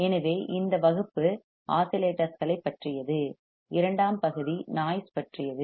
எனவே இந்த வகுப்பு ஆஸிலேட்டர்களைப் பற்றியது இரண்டாம் பகுதி நாய்ஸ் பற்றியது